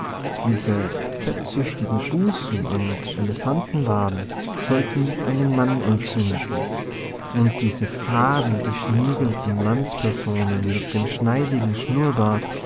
diese fettsüchtigen busen und elefantenwaden sollten einen mann entzünden und diese faden geschniegelten mannspersonen mit dem schneidigen schnurrbart